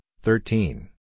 thirteen